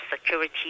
security